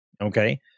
okay